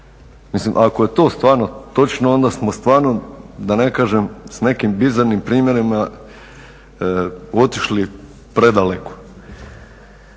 Mislim ako je to stvarno točno onda smo stvarno, da ne kažem s nekim bizarnim primjerima otišli predaleko.